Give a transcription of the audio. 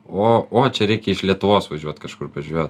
o o čia reikia iš lietuvos važiuot kažkur pažvejot